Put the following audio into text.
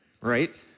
right